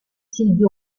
silvio